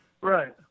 right